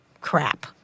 crap